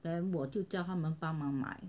then 我就叫他们帮忙买